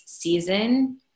season